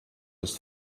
ist